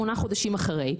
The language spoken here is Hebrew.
שמונה חודשים אחרי,